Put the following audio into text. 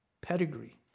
pedigree